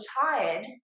tired